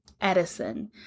Edison